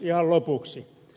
ihan lopuksi